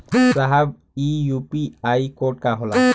साहब इ UPI code का होला?